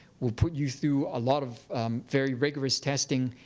we put you through a lot of very rigorous testing.